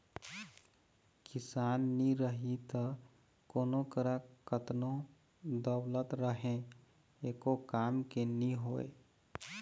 किसान नी रही त कोनों करा कतनो दउलत रहें एको काम के नी होय